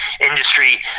industry